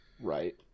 Right